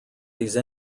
these